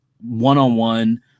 one-on-one